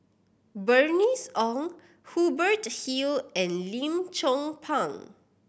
Bernice Ong Hubert Hill and Lim Chong Pang